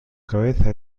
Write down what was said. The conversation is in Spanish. cabeza